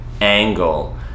angle